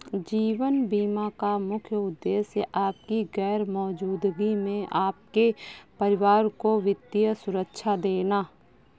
जीवन बीमा का मुख्य उद्देश्य आपकी गैर मौजूदगी में आपके परिवार को वित्तीय सुरक्षा देना